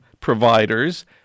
providers